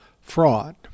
Fraud